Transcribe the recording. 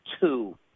two